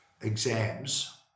exams